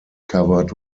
covered